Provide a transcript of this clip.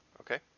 okay